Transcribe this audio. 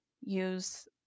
use